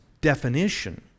definition